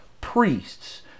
priests